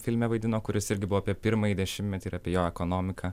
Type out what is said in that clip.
filme vaidino kuris irgi buvo apie pirmąjį dešimtmetį ir apie jo ekonomiką